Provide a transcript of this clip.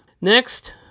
Next